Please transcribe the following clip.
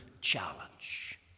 challenge